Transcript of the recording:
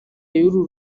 y’uru